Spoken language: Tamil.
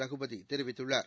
ரகுபதிதெரிவித்துள்ளார்